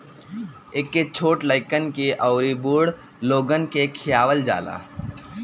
एके छोट लइकन के अउरी बूढ़ लोगन के खियावल जाला